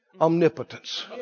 omnipotence